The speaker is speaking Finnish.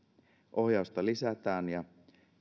ohjausta lisätään ja